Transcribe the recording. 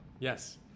yes